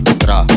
tra